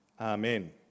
Amen